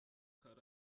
karar